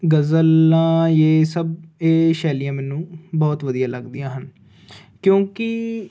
ਗਜ਼ਲਾਂ ਯੇਹ ਸਭ ਇਹ ਸ਼ੈਲੀਆਂ ਮੈਨੂੰ ਬਹੁਤ ਵਧੀਆ ਲੱਗਦੀਆਂ ਹਨ ਕਿਉਂਕਿ